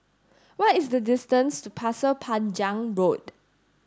what is the distance to Pasir Panjang Road